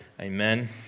Amen